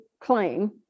claim